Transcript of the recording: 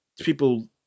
people